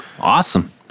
awesome